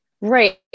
Right